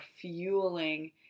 fueling